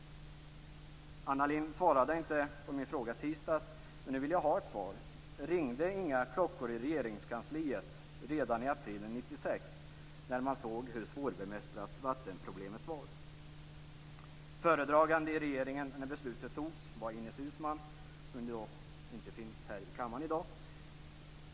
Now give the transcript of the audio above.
Anna Lindh svarade inte på min fråga i tisdags, men nu vill jag ha ett svar. Ringde inga klockor i Regeringskansliet redan i april 1996, när man såg hur svårbemästrat vattenproblemet var? Föredragande i regeringen när beslutet fattades var Ines Uusmann, som inte finns här i kammaren i dag.